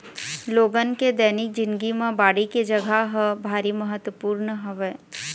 लोगन के दैनिक जिनगी म बाड़ी के जघा ह भारी महत्वपूर्न हवय